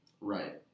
Right